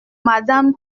madame